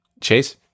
Chase